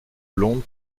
blondes